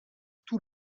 tout